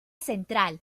central